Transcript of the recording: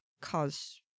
cause